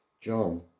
John